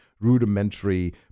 rudimentary